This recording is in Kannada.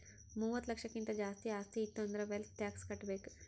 ಮೂವತ್ತ ಲಕ್ಷಕ್ಕಿಂತ್ ಜಾಸ್ತಿ ಆಸ್ತಿ ಇತ್ತು ಅಂದುರ್ ವೆಲ್ತ್ ಟ್ಯಾಕ್ಸ್ ಕಟ್ಬೇಕ್